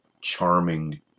charming